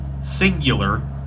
singular